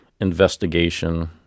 investigation